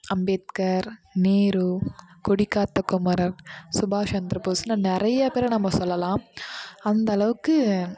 அம்பேத்கர் நேரு கொடிகாத்த குமரன் சுபாஷ் சந்திரபோஸ்லாம் நிறையா பேரை நம்ம சொல்லலாம் அந்தளவுக்கு